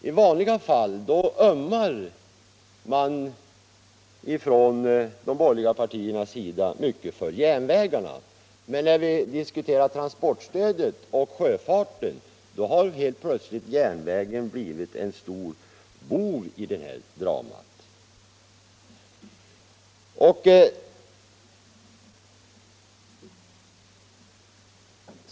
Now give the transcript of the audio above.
I vanliga fall ömmar de borgerliga partierna mycket för järnvägarna, men när vi diskuterar transportstödet och sjöfarten har järn vägarna helt plötsligt blivit en stor bov i dramat.